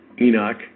Enoch